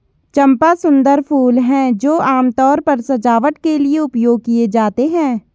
चंपा सुंदर फूल हैं जो आमतौर पर सजावट के लिए उपयोग किए जाते हैं